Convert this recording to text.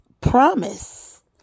promise